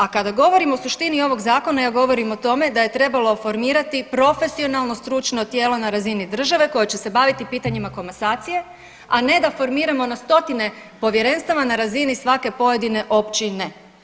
A kada govorim o suštini ovog zakona ja govorim o tome da je trebalo formirati profesionalno stručno tijelo na razini države koje će se baviti pitanjima komasacije, a ne da formiramo na stotine povjerenstava na razini svake pojedine općine.